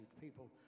people